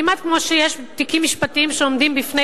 כמעט כמו שיש תיקים משפטיים שעומדים בפני